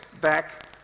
back